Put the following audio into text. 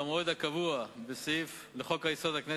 במועד הקבוע בחוק-יסוד: הכנסת,